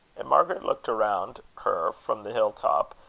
and margaret looked around her from the hill-top,